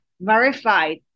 verified